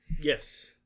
Yes